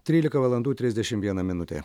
trylika valandų trisdešim viena minutė